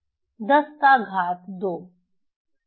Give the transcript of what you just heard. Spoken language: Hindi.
10 का घात 2